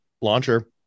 launcher